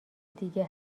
دیگه